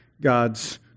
God's